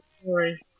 story